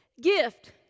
gift